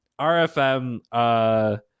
RFM